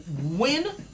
win